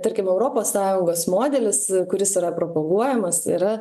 tarkim europos sąjungos modelis kuris yra propaguojamas yra